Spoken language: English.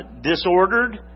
disordered